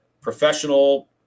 professional